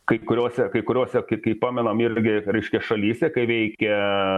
kaip kuriose kai kuriose kai pamenam irgi reiškia šalyse kai reikia